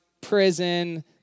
prison